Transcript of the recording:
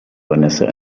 vanessa